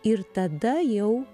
ir tada jau